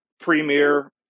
premier